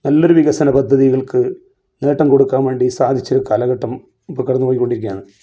നല്ലൊരു വികസന പദ്ധതികൾക്ക് നേട്ടം കൊടുക്കാൻ വേണ്ടി സാധിച്ചൊരു കാലഘട്ടം ഇപ്പോൾ കടന്നു പൊയ്ക്കോണ്ടിരിയ്ക്കയാണ്